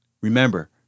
Remember